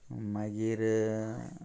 मागीर